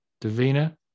Davina